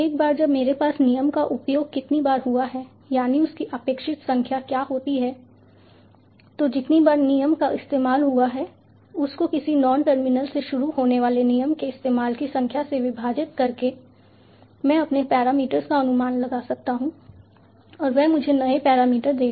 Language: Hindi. एक बार जब मेरे पास नियम का उपयोग कितनी बार हुआ है यानी उसकी अपेक्षित संख्या होती है तो जितनी बार नियम का इस्तेमाल हुआ है उसको किसी नॉन टर्मिनल से शुरू होने वाले नियम के इस्तेमाल की संख्या से विभाजित करके मैं अपने पैरामीटर्स का अनुमान लगा सकता हूं और वह मुझे नए पैरामीटर देगा